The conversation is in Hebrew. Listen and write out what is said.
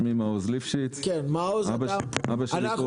שמי מעוז ליפשיץ, אבא שלי פה בן 80 נמצא לידי.